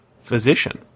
physician